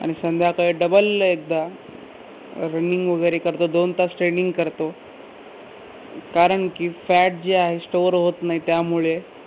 आणि संध्याकाळी डबल एकदा रनिंग वगैरे करतो दोन तास ट्रेनिंग करतो कारण की फॅट जे आहे स्टोअर होत नाही त्यामुळे